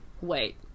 wait